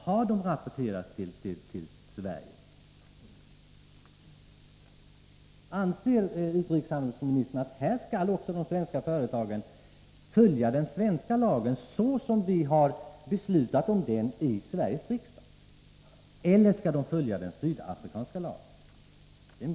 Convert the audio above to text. Har de rapporterats till Sverige? Anser utrikeshandelsministern att de svenska företagen här skall följa den svenska lagen, såsom den är utformad efter beslut i Sveriges riksdag, eller skall de följa den sydafrikanska lagen?